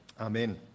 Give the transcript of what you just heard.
Amen